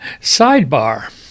Sidebar